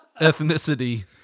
Ethnicity